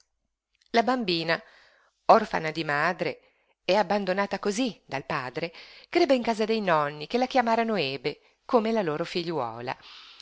la bambina orfana di madre e abbandonata cosí dal padre crebbe in casa dei nonni che la chiamarono ebe come la loro figliuola